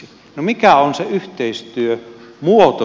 no mikä on se yhteistyömuoto siinä